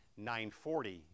940